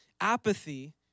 apathy